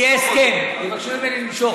יהיה הסכם, יבקשו ממני למשוך.